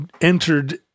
entered